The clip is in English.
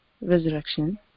resurrection